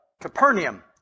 Capernaum